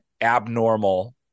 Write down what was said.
abnormal